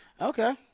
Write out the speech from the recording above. Okay